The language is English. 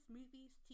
movies